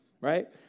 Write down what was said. right